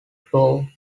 floor